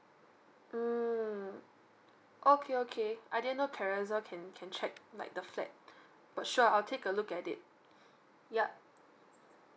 mm okay okay I didn't know carousell can can check like the flat but sure I'll take a look at it yup